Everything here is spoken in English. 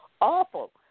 awful